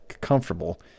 comfortable